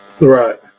Right